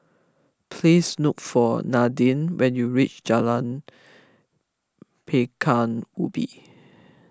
please look for Nadine when you reach Jalan Pekan Ubin